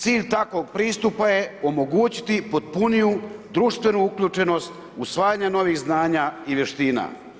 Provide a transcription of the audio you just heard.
Cilj takvog pristupa je omogućiti potpuniju društvenu uključenost, usvajanje novih znanja i vještina.